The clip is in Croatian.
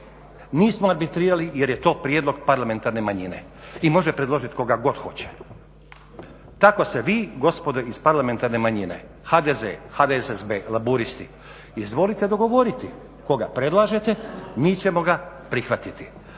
Nismo arbitrirali jer je to prijedlog parlamentarne manjine i može predložiti koga god hoće. Tako se vi gospodo iz parlamentarne manjine, HDZ, HDSSB, Laburisti, izvolite dogovoriti koga predlažete, mi ćemo ga prihvatiti.